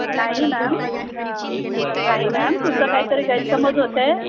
नाही मॅम नाही मॅम तुमचा काहीतरी गैरसमज होतं आहे